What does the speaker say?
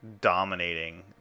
dominating